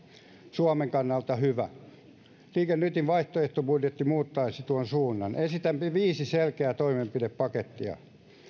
suomen kannalta hyvä liike nytin vaihtoehtobudjetti muuttaisi tuon suunnan esitämme viisi selkeää toimenpidepakettia ensinnäkin